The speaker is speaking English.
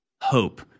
hope